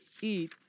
eat